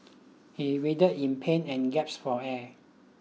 he writhed in pain and gaps for air